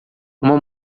uma